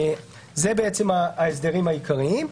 אלה ההסדרים העיקריים.